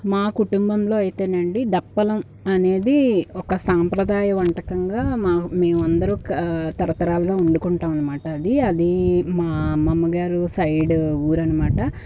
మా కుటుంబంలో అయితే నుండి దప్పలం అనేది ఒక సాంప్రదాయ వంటకంగా మా మేమందరు ఒక తరతరాలుగా వండుకుంటామన్మాట అది అది మా అమ్మమ్మ గారు సైడ్ ఊరన్మాట